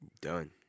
done